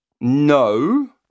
no